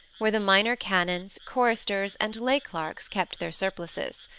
where the minor canons, choristers, and lay-clerks kept their surplices.